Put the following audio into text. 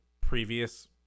previous